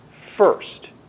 first